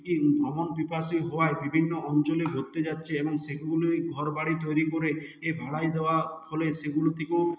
ভ্রমণ পিপাসু হওয়ায় বিভিন্ন অঞ্চলে ঘুরতে যাচ্ছে এবং সেগুলোই ঘর বাড়ি তৈরি করে এ ভাড়ায় দেওয়া হলে সেগুলো থেকেও